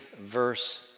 verse